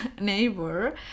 neighbor